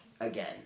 Again